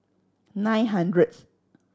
nine hundredth